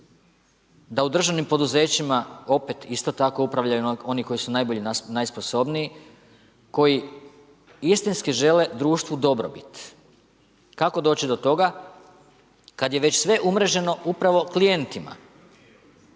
da u državnim poduzećima opet isto tako upravljaju oni koji su najbolji, najsposobniji, koji istinski žele društvu dobrobit. Kako doći do toga kad je već sve umreženo upravo klijentima?